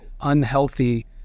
unhealthy